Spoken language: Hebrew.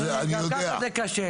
גם ככה זה קשה לי.